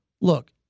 look